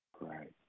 Right